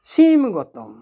ᱥᱤᱢ ᱜᱚᱛᱚᱢ